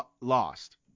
lost